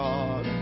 God